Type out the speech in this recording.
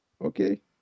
Okay